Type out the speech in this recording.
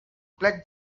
plec